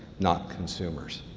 not consumers.